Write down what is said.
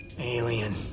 alien